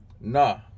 Nah